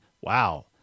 Wow